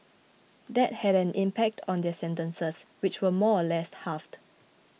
that had an impact on their sentences which were more or less halved